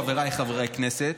חבריי חברי הכנסת,